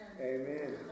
Amen